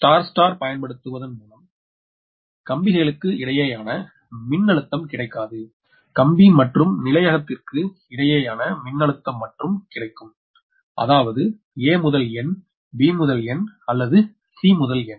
star star பயன்படுத்துவதன் மூலம் கம்பிக்கைகளுக்கு இடையேயான மின்னழுத்தம் கிடைக்காது கம்பி மற்றும் நிலையகத்திற்கு இடையேயான மின்னழுத்தம் மட்டுமே கிடைக்கும் அதாவது A to n B to n or C to n